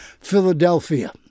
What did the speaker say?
Philadelphia